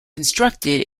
constructed